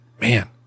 Man